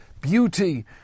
beauty